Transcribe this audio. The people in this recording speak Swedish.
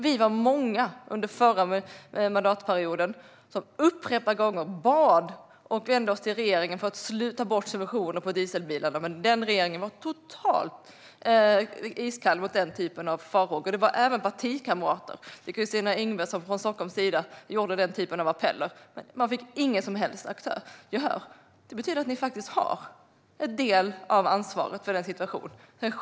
Vi var många under förra mandatperioden som upprepade gånger vände oss till regeringen och bad att den skulle ta bort subventionen på dieselbilar. Den regeringen var totalt iskall mot den typen av farhågor. Det var även partikamrater till Kristina Yngwe som från Stockholms sida gjorde den typen av appeller. De fick inget som helst gehör. Det betyder att ni har en del av ansvaret för situationen.